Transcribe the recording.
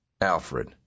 Alfred